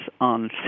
on